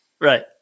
right